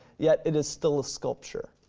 yet it is still a sculpture.